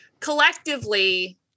collectively